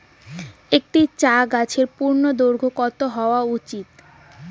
একটি চা গাছের পূর্ণদৈর্ঘ্য কত হওয়া উচিৎ?